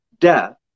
Death